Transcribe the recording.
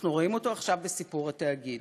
אנחנו רואים אותו עכשיו בסיפור התאגיד.